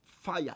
fire